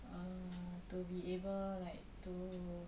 err to be able like to